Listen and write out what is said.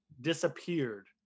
disappeared